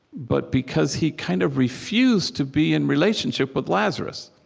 but because he kind of refused to be in relationship with lazarus